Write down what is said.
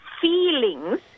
feelings